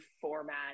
format